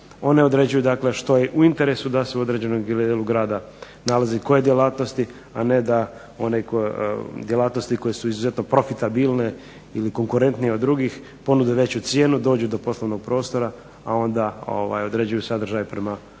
one određuju dakle što je u interesu da se u određenom dijelu grada nalazi, koje djelatnosti, a ne da one djelatnosti koje su izuzetno profitabilne ili konkretnije od drugih ponude veću cijenu, dođu do poslovnog prostora, a onda određuju sadržaj prema